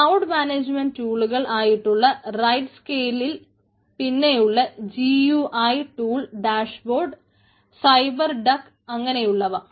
cloud management ടൂളുകൾ ആയിട്ടുള്ള right scale അങ്ങനെയുള്ളവ